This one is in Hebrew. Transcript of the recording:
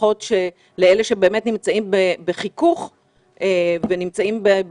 לפחות לאלה שבאמת נמצאים בחיכוך בהפגנות,